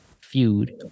feud